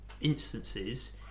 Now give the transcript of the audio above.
instances